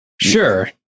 Sure